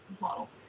model